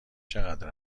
چقدر